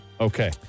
Okay